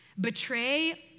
Betray